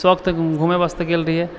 सौखसँ घूमे वास्ते गेल रहिए